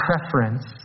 preference